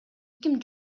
ким